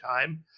time